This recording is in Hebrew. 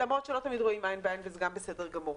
למרות שלא תמיד רואים עין בעין וזה גם בסדר גמור.